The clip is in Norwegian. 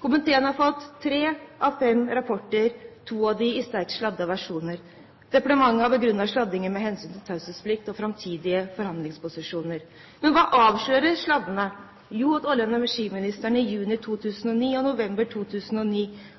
Komiteen har fått tre av fem rapporter, to av dem i sterkt sladdede versjoner. Departementet har begrunnet sladdingen med hensynet til taushetsplikt og framtidige forhandlingsposisjoner. Men hva avslører sladdene? Jo, at olje- og energiministeren i juni 2009 og i november 2009